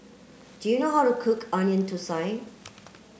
do you know how to cook onion Thosai